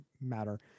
matter